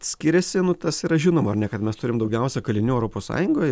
skiriasi nu tas yra žinoma ar ne kad mes turim daugiausia kalinių europos sąjungoj